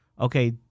Okay